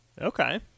Okay